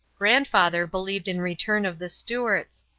grandfather believed in return of the stuarts.